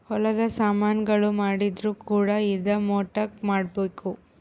ಹೊಲದ ಸಾಮನ್ ಗಳು ಮಾಡಿದ್ರು ಕೂಡ ಇದಾ ಮಟ್ಟಕ್ ಮಾಡ್ಬೇಕು